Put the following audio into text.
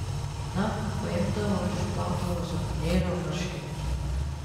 na paimdavau ir išplaudavau zenonėlio marškinius